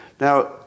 Now